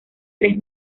tres